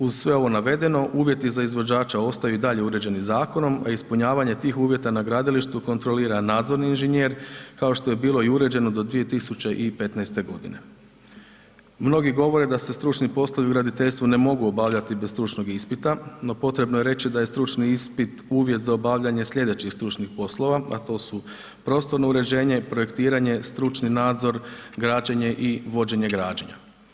Uz sve ovo navedeno, uvjeti za izvođača ostaju i dalje uređeni zakonom a ispunjavanje tih uvjeta na gradilištu kontrolira nadzorni inženjer kao što je bilo i uređeno do 2015. g. Mnogi govore da se stručni poslovi u graditeljstvu ne mogu obavljati bez stručnog ispita no potrebno je reći da je stručni ispit uvjet za obavljanje slijedeći stručnih poslova a to su prostorno uređenje, projektiranje, stručni nadzor, građenje i vođenje građenja.